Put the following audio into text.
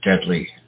deadly